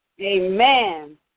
Amen